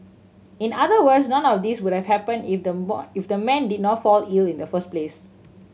in other words none of these would have happened if the if the man did not fall ill in the first place